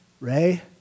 Ray